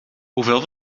hoeveel